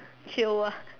chill ah